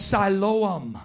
Siloam